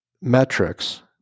metrics